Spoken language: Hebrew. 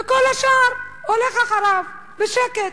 וכל השאר הולך אחריו, בשקט.